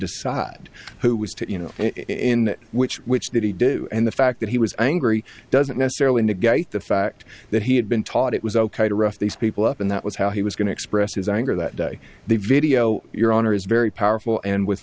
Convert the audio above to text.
decide who was to you know in which which did he do and the fact that he was angry doesn't necessarily negate the fact that he had been taught it was ok to rough these people up and that was how he was going to express his anger that day the video your honor is very powerful and with